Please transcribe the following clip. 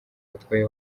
batwaye